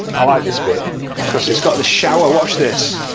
i like this bit because it's got the shower, watch this.